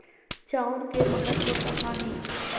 चांउर के महत्व कहां हे?